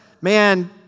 man